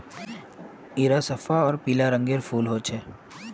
इरा सफ्फा आर पीला रंगेर फूल होचे